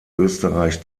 österreich